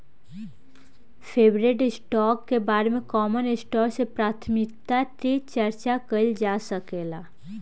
preferred stock के बारे में कॉमन स्टॉक से प्राथमिकता के चार्चा कईल जा सकेला